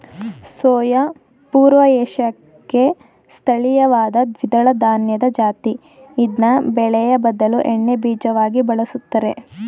soya ಪೂರ್ವ ಏಷ್ಯಾಕ್ಕೆ ಸ್ಥಳೀಯವಾದ ದ್ವಿದಳಧಾನ್ಯದ ಜಾತಿ ಇದ್ನ ಬೇಳೆಯ ಬದಲು ಎಣ್ಣೆಬೀಜವಾಗಿ ಬಳುಸ್ತರೆ